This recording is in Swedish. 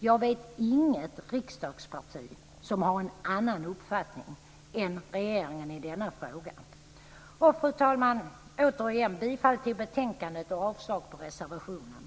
Jag vet inget riksdagsparti som har en annan uppfattning i denna fråga än den som regeringen har. Fru talman! Återigen yrkar jag bifall till utskottets förslag i betänkandet och avslag på reservationen.